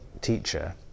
teacher